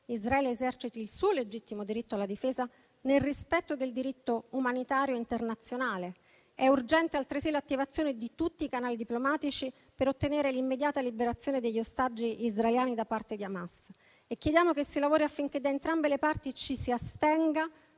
Israele eserciti il suo legittimo diritto alla difesa nel rispetto del diritto umanitario internazionale. È urgente altresì l'attivazione di tutti i canali diplomatici per ottenere l'immediata liberazione degli ostaggi israeliani da parte di Hamas. E chiediamo che si lavori affinché da entrambe le parti ci si astenga